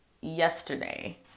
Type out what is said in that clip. yesterday